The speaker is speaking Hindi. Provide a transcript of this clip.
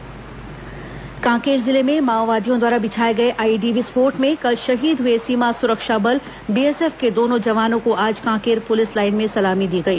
जवान श्रद्धांजलि कांकेर जिले में माओवादियों द्वारा बिछाए गए आईईडी विस्फोट में कल शहीद हुए सीमा सुरक्षा बल बीएसएफ के दोनों जवानों को आज कांकेर पुलिस लाइन में सलामी दी गई